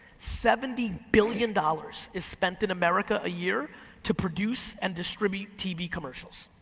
seventy billion dollars is spent in america a year to produce and distribute tv commercials.